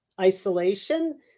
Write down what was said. isolation